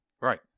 Right